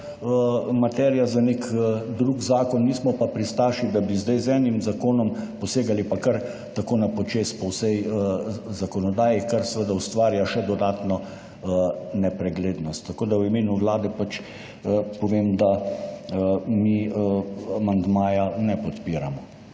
materija za nek drug zakon, mi smo pa pristaši, da bi zdaj z enim zakonom posegali pa kar tako na počez po vsej zakonodaji, kar seveda ustvarja še dodatno nepreglednost. Tako da, v imenu Vlade pač povem, da mi amandmaja ne podpiramo.